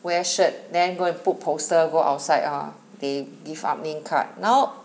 wear shirt then go and put poster go outside ah they give out namecard now